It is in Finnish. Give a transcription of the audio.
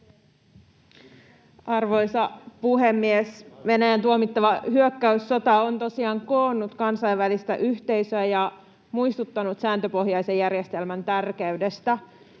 Arvoisa puhemies! Venäjän tuomittava hyökkäyssota on tosiaan koonnut kansainvälistä yhteisöä ja muistuttanut sääntöpohjaisen järjestelmän tärkeydestä.